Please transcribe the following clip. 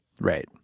Right